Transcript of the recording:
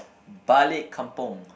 balik kampung